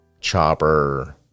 chopper